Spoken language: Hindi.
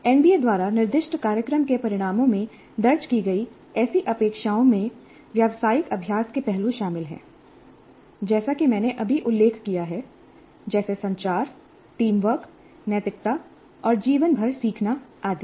एनबीए द्वारा निर्दिष्ट कार्यक्रम के परिणामों में दर्ज की गई ऐसी अपेक्षाओं में व्यावसायिक अभ्यास के पहलू शामिल हैं जैसा कि मैंने अभी उल्लेख किया है जैसे संचार टीम वर्क नैतिकता और जीवन भर सीखना आदि